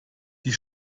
die